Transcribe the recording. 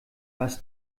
was